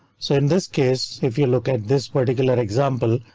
so in this case if you look at this particular example,